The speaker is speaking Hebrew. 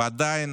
ועדיין,